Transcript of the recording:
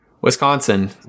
Wisconsin